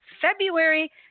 February